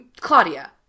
Claudia